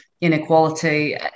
inequality